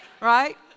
right